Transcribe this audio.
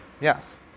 Yes